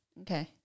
Okay